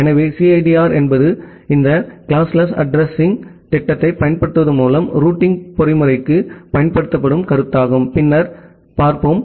எனவே சிஐடிஆர் என்பது இந்த வகுப்பற்ற அட்ரஸிங்த் திட்டத்தைப் பயன்படுத்துவதன் மூலம் ரூட்டிங் பொறிமுறைக்கு பயன்படுத்தப்படும் கருத்தாகும் பின்னர் நாம் பார்ப்போம்